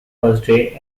thursday